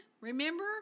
remember